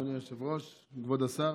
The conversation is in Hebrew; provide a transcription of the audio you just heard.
אדוני היושב-ראש, כבוד השר,